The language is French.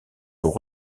pour